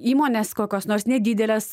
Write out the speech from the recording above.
įmonės kokios nors nedidelės